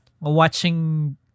watching